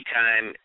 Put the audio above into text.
time